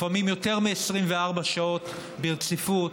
לפעמים יותר מ-24 שעות ברציפות,